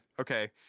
okay